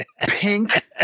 pink